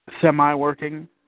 semi-working